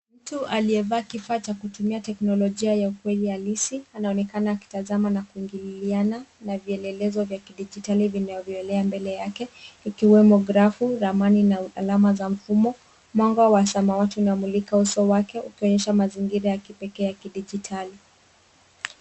Mtu aliyevaa kifaa cha kutumia teknolojia ya ukweli halisi anaonekana akitazama na kuingililiana na vielelezo vya kidijitali vinavyoelea mbele yake ikiwemo grafu, ramani na alama za mfumo. Mwanga wa samawati unamuluika uso wake ukionyesha mazingira ya kipekee ya kidijitali.